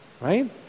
right